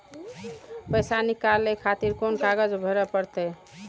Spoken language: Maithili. पैसा नीकाले खातिर कोन कागज भरे परतें?